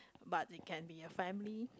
but it can be a family